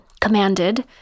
commanded